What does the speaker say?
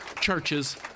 churches